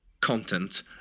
content